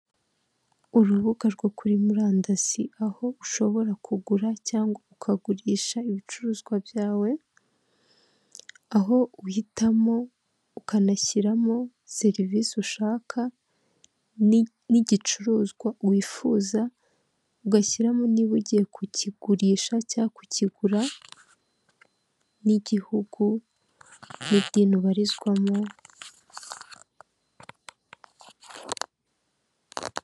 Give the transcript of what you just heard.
Urubuga rwo kuri murandasi aho ushobora kugura cyangwa ukagurisha ibicuruzwa byawe, aho uhitamo ukanashyiramo serivisi ushaka, n'igicuruzwa wifuza ugashyiramo niba ugiye kukigurisha cyangwa kukigura, n'igihugu, n'idini ubarizwamo.